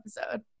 episode